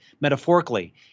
metaphorically